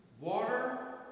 water